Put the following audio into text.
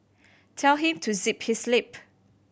tell him to zip his lip